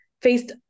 faced